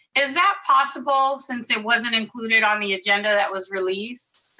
is that possible since it wasn't included on the agenda that was released?